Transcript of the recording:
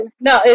no